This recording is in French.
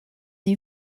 est